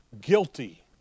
Guilty